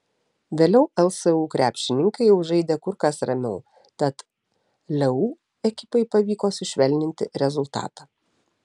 vėliau lsu krepšininkai jau žaidė kur kas ramiau tad leu ekipai pavyko sušvelninti rezultatą